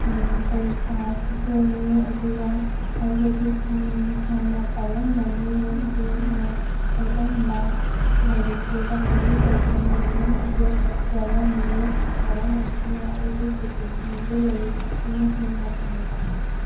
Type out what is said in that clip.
ꯄꯩꯁꯥꯁꯨ ꯍꯣꯡꯉꯤ ꯑꯗꯨꯒ ꯍꯥꯏꯕꯗꯤ ꯍꯥꯟꯅ ꯄꯥꯏꯔꯝꯕ ꯃꯤꯗꯨꯅ ꯈꯣꯠꯂꯝꯕ ꯂꯥꯏꯔꯤꯛꯇꯨꯗ ꯃꯔꯨ ꯑꯣꯏꯕ ꯃꯌꯥꯝ ꯑꯃꯁꯨ ꯌꯥꯎꯔꯝꯃꯤ ꯃꯔꯝ ꯑꯁꯤꯅ ꯑꯩꯗꯤ ꯁꯦꯀꯦꯟ ꯍꯦꯟꯒꯤ ꯂꯥꯏꯔꯤꯛ ꯑꯁꯤꯅ ꯍꯦꯟꯅ ꯄꯥꯝꯖꯩ